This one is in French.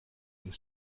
une